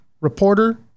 reporter